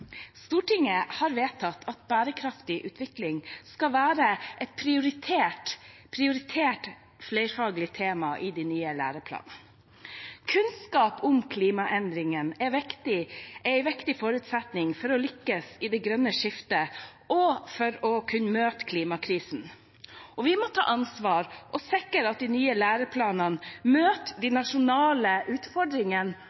Stortinget har vedtatt at bærekraftig utvikling skal være et prioritert flerfaglig tema i de nye læreplanene. Kunnskap om klimaendringene er en viktig forutsetning for å lykkes med det grønne skiftet og for å kunne møte klimakrisen, og vi må ta ansvar og sikre at de nye læreplanene møter de